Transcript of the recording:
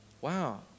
Wow